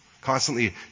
constantly